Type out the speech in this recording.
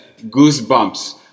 goosebumps